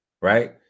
right